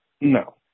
No